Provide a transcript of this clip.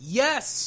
yes